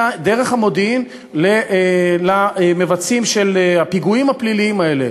דרך המודיעין למבצעים של הפיגועים הפליליים האלה.